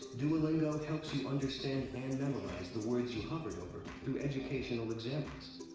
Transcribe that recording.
duolingo helps you understand and memorize the words you hovered over through educational examples.